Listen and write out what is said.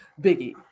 Biggie